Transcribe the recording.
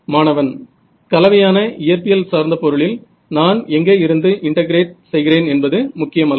மாணவன் கலவையான இயற்பியல் சார்ந்த பொருளில் நான் எங்கே இருந்து இன்டெகிரேட் செய்கிறேன் என்பது முக்கியமல்ல